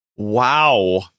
Wow